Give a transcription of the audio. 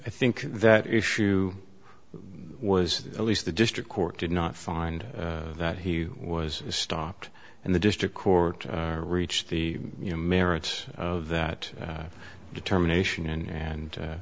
i think that issue was at least the district court did not find that he was stopped and the district court reached the u merits of that determination and a